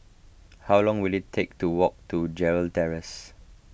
how long will it take to walk to Gerald Terrace